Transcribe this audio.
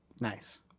Nice